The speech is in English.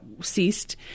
ceased